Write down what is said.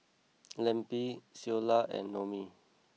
Lempi Ceola and Noemie